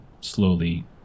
slowly